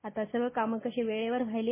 आता सर्व कामे कशी वेळेवर व्हायले